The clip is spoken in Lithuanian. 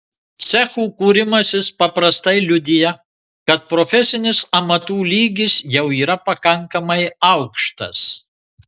cechų kūrimasis paprastai liudija kad profesinis amatų lygis jau yra pakankamai aukštas